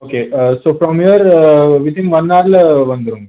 okay so இப்போது near within one அவரில் வந்துடுங்க